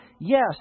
Yes